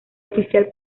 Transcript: oficial